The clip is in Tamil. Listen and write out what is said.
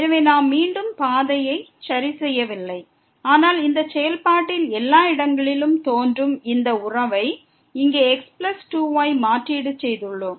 எனவே நாம் மீண்டும் பாதையை சரிசெய்யவில்லை ஆனால் இந்த செயல்பாட்டில் எல்லா இடங்களிலும் தோன்றும் இந்த உறவை இங்கே x plus 2 y மாற்றீடு செய்துள்ளோம்